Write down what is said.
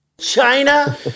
China